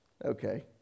Okay